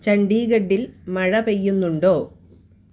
ചണ്ഡീഗഢിൽ മഴ പെയ്യുന്നുണ്ടോ